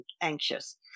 anxious